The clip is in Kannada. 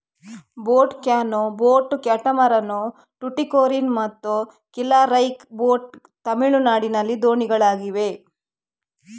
boat canoe, boat catamaran, Tuticorin ಮತ್ತು ಕಿಲಕರೈ ಬೋಟ್ ಗಳು ತಮಿಳುನಾಡಿನ ದೋಣಿಗಳಾಗಿವೆ